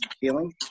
healing